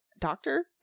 doctor